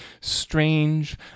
strange